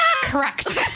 Correct